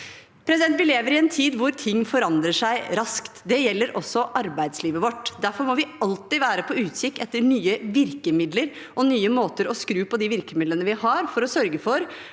Vi lever i en tid hvor ting forandrer seg raskt. Det gjelder også arbeidslivet vårt. Derfor må vi alltid være på utkikk etter nye virkemidler og nye måter å skru på de virkemidlene vi har, for å sørge for